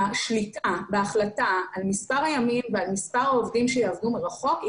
השליטה בהחלטה על מספר הימים ועל מספר העובדים שיעבדו מרחוק היא